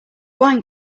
wine